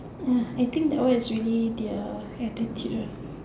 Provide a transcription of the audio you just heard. ya I think that one is really their attitude ah